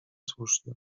słuszne